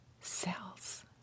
cells